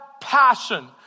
passion